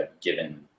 given